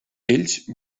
ells